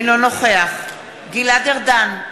אינו נוכח גלעד ארדן,